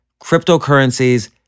Cryptocurrencies